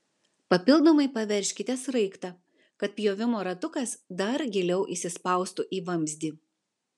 papildomai paveržkite sraigtą kad pjovimo ratukas dar giliau įsispaustų į vamzdį